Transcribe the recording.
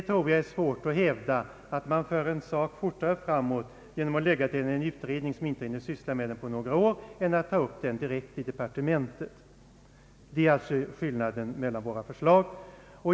Jag tror det är svårt att hävda att man för en fråga fortare framåt genom att lägga den hos en utredning som inte hinner syssla med den på några år, än genom att man tar upp den direkt i departementet. Det är alltså skillnaden mellan våra förslag.